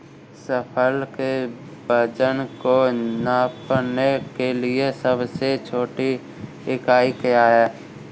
फसल के वजन को नापने के लिए सबसे छोटी इकाई क्या है?